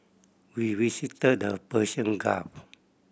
we visited the Persian Gulf